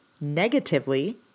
negatively